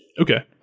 Okay